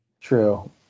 true